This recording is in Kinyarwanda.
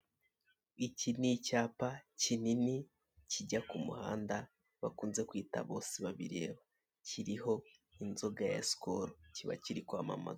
Iki ni icyapa kinini kijya k'umuhanda bakunze kwita Bose babireba . Kiriho inzoga ya SKOL kiba kiri kwamamaza